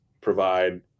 provide